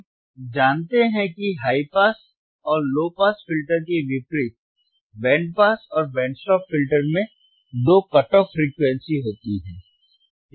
हम जानते हैं कि हाई पास और लो पास फिल्टर के विपरीत बैंड पास और बैंड स्टॉप फिल्टर में दो कट ऑफ फ्रीक्वेंसी होती हैं